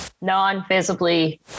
non-visibly